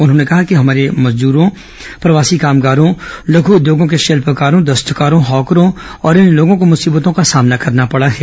उन्होंने कहा कि हमारे मजदूरों प्रवासी कामगारों लघू उद्योगों के शिल्पकारों दस्तकारों हॉकरों और अन्य लोगों को मुसीबतों का सामना करना पड़ा है